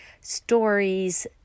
stories